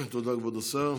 תודה, כבוד השר.